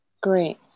Great